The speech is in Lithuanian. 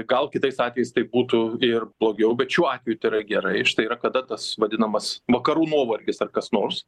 gal kitais atvejais tai būtų ir blogiau bet šiuo atveju tai yra gerai štai yra kada tas vadinamas vakarų nuovargis ar kas nors